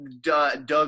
Doug